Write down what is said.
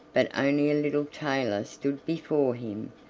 but only a little tailor stood before him,